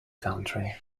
country